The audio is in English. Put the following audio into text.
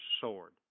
sword